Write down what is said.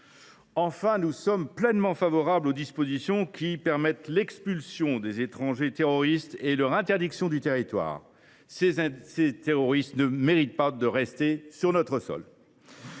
Enfin, nous sommes pleinement favorables aux dispositions qui permettent l’expulsion des étrangers terroristes et leur interdiction du territoire : ces individus ne méritent pas de rester sur notre sol